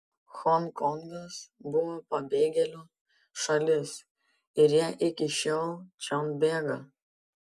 honkongas buvo pabėgėlių šalis ir jie iki šiol čion bėga